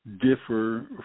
differ